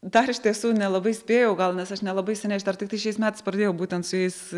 dar iš tiesų nelabai spėjau gal nes aš nelabai seniai aš dar tiktai šiais metais pradėjau būtent su jais